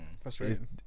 Frustrating